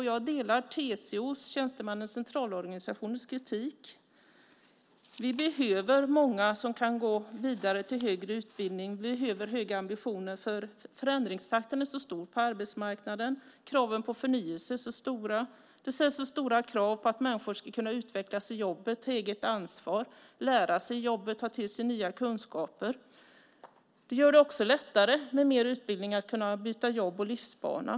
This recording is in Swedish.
Jag delar TCO:s, Tjänstemännens Centralorganisations, kritik. Vi behöver många som kan gå vidare till högre utbildning. Vi behöver höga ambitioner, för förändringsfaktorn är så hög på arbetsmarknaden, och kraven på förnyelse är så stora. Det ställs stora krav på att människor ska kunna utvecklas i jobbet, ta eget ansvar, lära sig jobbet, ta till sig nya kunskaper. Mer utbildning gör det också lättare att kunna byta jobb och livsbana.